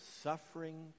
suffering